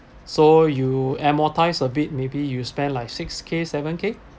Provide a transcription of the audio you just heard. so you amortise a bit maybe you spend like six K seven K